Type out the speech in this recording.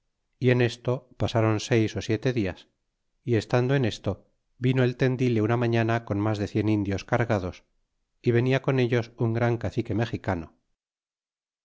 y en esto pasáron seis ó siete dias y estando en esto vino el tendile una mañana con mas de cíen indios cargados y venia con ellos un gran cacique mexicano